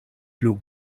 plu